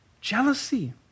Jealousy